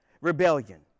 rebellion